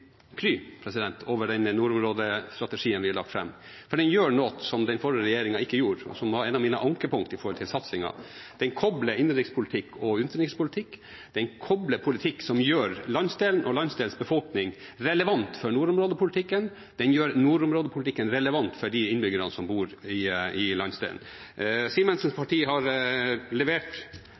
den nordområdestrategien vi har lagt fram. Den gjør noe som den forrige regjeringen ikke gjorde, og som var et av mine ankepunkt når det gjaldt satsingen: Den kobler innenrikspolitikk og utenrikspolitikk, den kobler politikk som gjør landsdelen og landsdelens befolkning relevant for nordområdepolitikken, den gjør nordområdepolitikken relevant for de innbyggerne som bor i landsdelen. Simensens parti har levert